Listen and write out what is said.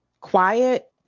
quiet